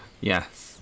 Yes